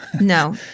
no